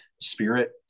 spirit